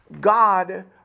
God